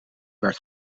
werd